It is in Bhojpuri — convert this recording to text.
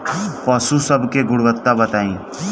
पशु सब के गुणवत्ता बताई?